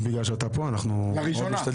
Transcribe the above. ולכן אנחנו מבקשים שזה יהיה לוועדת הכלכלה,